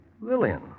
Lillian